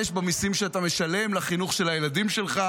במיסים שאתה משלם לחינוך של הילדים שלך,